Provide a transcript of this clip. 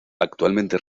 actualmente